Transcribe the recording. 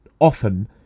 often